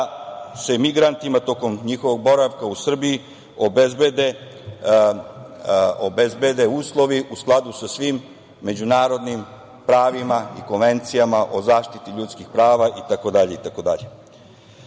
da se migrantima tokom njihovog boravka u Srbiji obezbede uslovi u skladu sa svim međunarodnim pravima i konvencijama o zaštiti ljudskih prava i tako